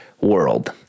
world